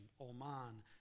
oman